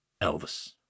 Elvis